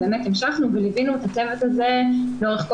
באמת המשכנו וליווינו את הצוות הזה לאורך כל